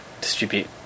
distribute